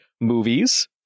movies